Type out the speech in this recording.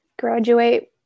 graduate